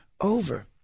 over